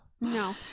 no